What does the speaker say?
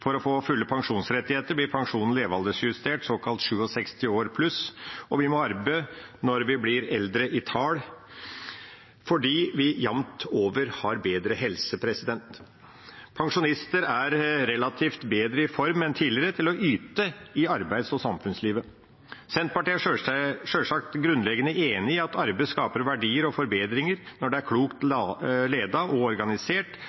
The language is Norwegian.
For å få fulle pensjonsrettigheter blir pensjonen levealdersjustert, såkalt 67 år pluss, og vi må arbeide når vi blir eldre i tall fordi vi jamt over har bedre helse. Pensjonister er relativt i bedre form enn tidligere til å yte i arbeids- og samfunnslivet. Senterpartiet er sjølsagt grunnleggende enig i at arbeid skaper verdier og forbedringer når det er klokt ledet og organisert,